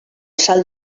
salt